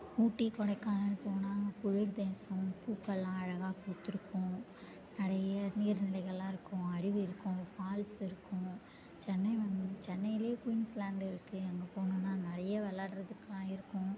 ஊட்டி கொடைக்கானல் போனா அங்கே குளிர் தேசம் பூக்கள்லாம் அழகாக பூத்துயிருக்கும் நிறைய நீர்நிலைகள்லாம் இருக்கும் அருவி இருக்கும் ஃபால்ஸ் இருக்கும் சென்னை வந் சென்னையில குயின்ஸ்லேண்டு இருக்கு அங்கே போனோன்னா நிறைய விளைடுறதுக்குலாம் இருக்கும்